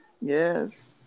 Yes